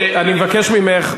אני מבקש ממך.